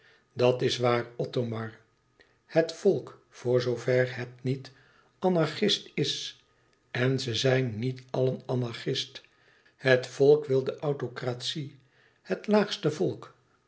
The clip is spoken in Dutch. dat is waar othomar het volk voor zoover het niet anarchist is en ze zijn niet allen anarchist het volk wil de autocratie het laagste volk